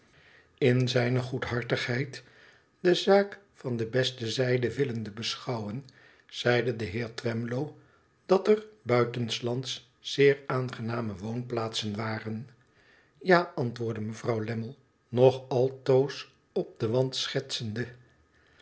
in zijne goedhartigheid de zaak van de beste zijde willende beschouwen zeide de heer twemlow dat er buitenslands zeer aangename woonplaatsen waren ja antwoordde mevrouw lammie nog altoos op den wand schetsende